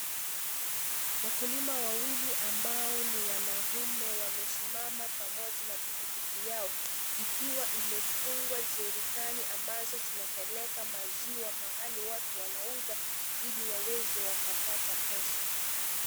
Wakulima wawili ambao ni wanaume wamesimama pamoja na pikipiki yao ikiwa imefungwa jerikani ambazo zinapeleka maziwa mahali watu wanauza ili waweze wakapata pesa.